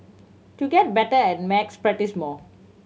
to get better at maths practise more